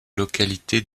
localité